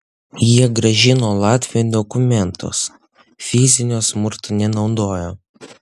jie grąžino latviui dokumentus fizinio smurto nenaudojo